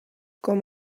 com